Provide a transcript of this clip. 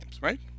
right